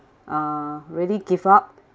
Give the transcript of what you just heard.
uh really give up